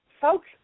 folks